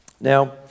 Now